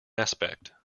aspect